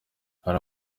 hari